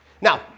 Now